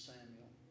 Samuel